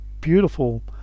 beautiful